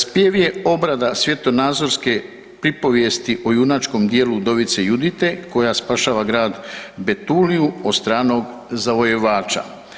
Spjev je obrada svjetonazorske pripovijesti o junačkom djelu udovice Judite koja spašava grad Betuliju od stranog zavojevača.